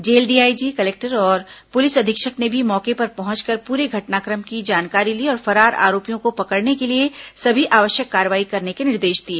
jail DIG collector और police अधीक्षक ने भी मौके पर पहुंचकर प्रे घटनाक्रम की जानकारी ली और फरार आरोपियों को पकड़ने के लिए सभी आवश्यक कार्रवाई करने के निर्देश दिए